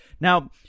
Now